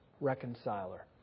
reconciler